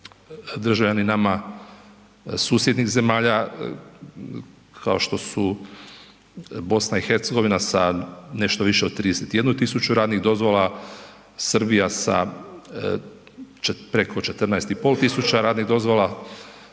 državljani nama susjednih zemalja, kao što su BiH, sa nešto više od 31 tisuću radnih dozvola, Srbija sa preko 14,5 tisuća radnih dozvola,